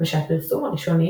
ושהפרסום הראשוני